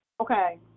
Okay